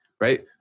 right